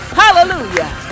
hallelujah